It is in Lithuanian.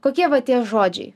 kokie va tie žodžiai